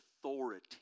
authority